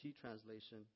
translation